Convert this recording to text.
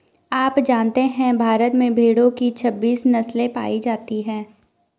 आप जानते है भारत में भेड़ो की छब्बीस नस्ले पायी जाती है